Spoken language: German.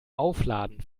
aufladen